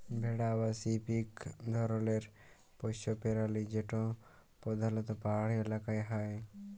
ভেড়া বা শিপ ইক ধরলের পশ্য পেরালি যেট পরধালত পাহাড়ি ইলাকায় হ্যয়